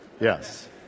Yes